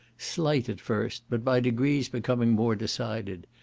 slight at first, but by degrees becoming more decided.